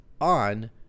on